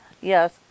Yes